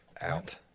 Out